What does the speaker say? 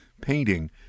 painting